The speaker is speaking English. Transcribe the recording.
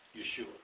Yeshua